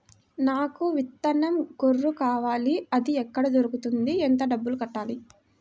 నాకు విత్తనం గొర్రు కావాలి? అది ఎక్కడ దొరుకుతుంది? ఎంత డబ్బులు కట్టాలి?